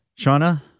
Shauna